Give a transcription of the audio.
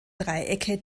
dreiecke